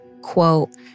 quote